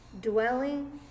dwelling